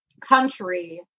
country